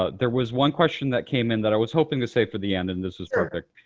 ah there was one question that came in that i was hoping to save for the end, and this is perfect,